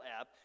app